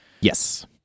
Yes